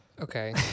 Okay